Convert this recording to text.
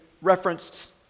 referenced